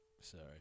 Sorry